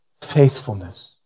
faithfulness